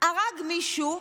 הרג מישהו,